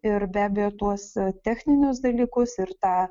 ir be abejo tuos techninius dalykus ir tą